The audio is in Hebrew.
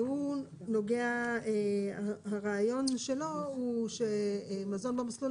והוא נוגע הרעיון שלו הוא שמזון במסלול